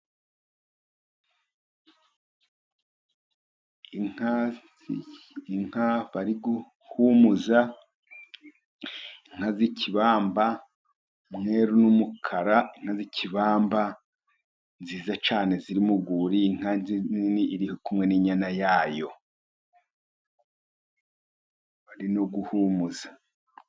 Inka bariguhumuza zikibamba, umweru n'umukara, inka nziza cyane ziri mu rwuri, inka nini iri kumwe n'inyana yayo bari no guhumuza.